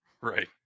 Right